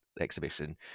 exhibition